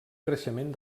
creixement